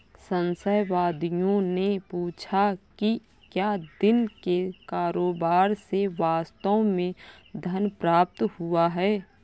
संशयवादियों ने पूछा कि क्या दिन के कारोबार से वास्तव में धन प्राप्त हुआ है